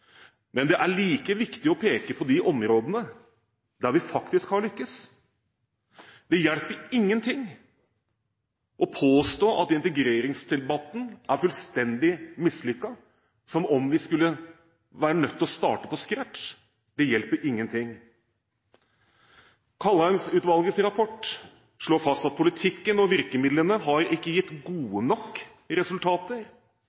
men det er like viktig å peke på de områdene der vi faktisk har lyktes. Det hjelper ingenting å påstå at integreringsdebatten er fullstendig mislykket, som om vi skulle være nødt til å starte fra scratch. Det hjelper ingenting. Kaldheim-utvalgets rapport slår fast at politikken og virkemidlene ikke har gitt